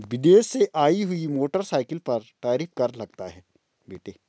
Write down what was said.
विदेश से आई हुई मोटरसाइकिल पर टैरिफ कर लगता है बेटे